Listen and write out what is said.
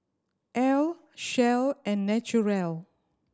Elle Shell and Naturel